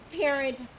parent